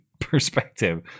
perspective